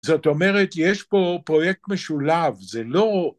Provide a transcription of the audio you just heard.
‫זאת אומרת, יש פה פרויקט משולב, ‫זה לא...